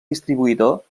distribuïdor